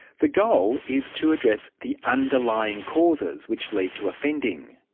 the goal is to address the underlying causes which lead to offending.